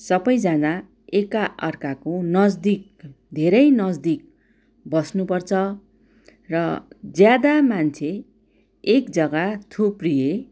सबैजना एकाअर्काको नजदिक धेरै नजदिक बस्नुपर्छ र ज्यादा मान्छे एक जग्गा थुप्रिए